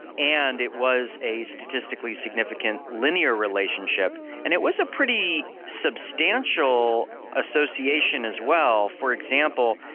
and it was a statistically significant linear relationship. and it was a pretty substantial association as well. for example,